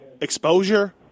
Exposure